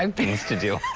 um things to do.